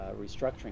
restructuring